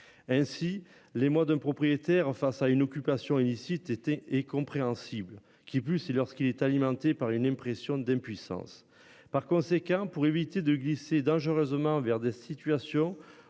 Ainsi les mois d'un propriétaire en face à une occupation illicite était et compréhensible, qui plus est lorsqu'il est alimenté par une impression d'impuissance par conséquent pour éviter de glisser dangereusement vers des situations où